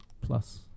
plus